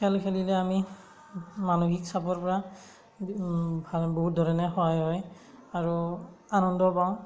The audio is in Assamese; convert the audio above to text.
খেল খেলিলে আমি মানসিক চাপৰ পৰা বহুত ধৰণে সহায় হয় আৰু আনন্দ পাওঁ